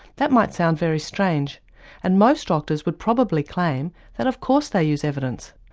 that might sound very strange and most doctors would probably claim that of course they use evidence.